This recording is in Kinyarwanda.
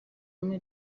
ihame